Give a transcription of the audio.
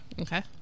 Okay